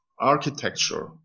architecture